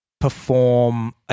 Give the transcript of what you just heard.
perform